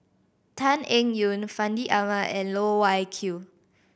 Tan Eng Yoon Fandi Ahmad and Loh Wai Kiew